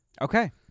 Okay